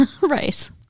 right